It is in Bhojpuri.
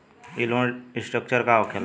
ई लोन रीस्ट्रक्चर का होखे ला?